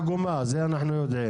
יש מציאות עגומה, זה אנחנו יודעים.